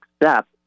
accept